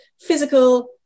physical